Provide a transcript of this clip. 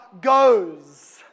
goes